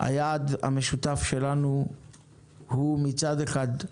היעד המשותף שלנו הוא, מצד אחד,